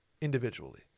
individually